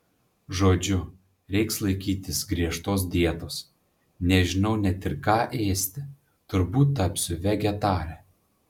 žodžiu reiks laikytis griežtos dietos nežinau net ir ką ėsti turbūt tapsiu vegetare